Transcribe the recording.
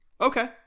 Okay